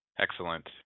Excellent